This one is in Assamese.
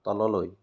তললৈ